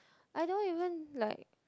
I don't even like